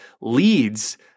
leads